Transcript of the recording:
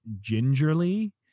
gingerly